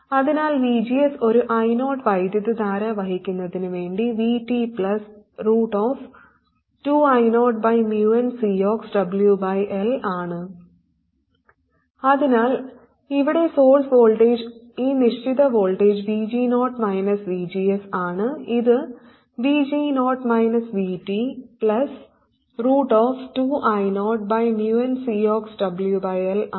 അതിനാൽ VGS ഒരു I0 വൈദ്യുതധാര വഹിക്കുന്നതിനു വേണ്ടി VT 2I0nCox ആണ് അതിനാൽ ഇവിടെ സോഴ്സ് വോൾട്ടേജ് ഈ നിശ്ചിത വോൾട്ടേജ് VG0 VGS ആണ് ഇത് VG0 VT 2I0nCox ആണ്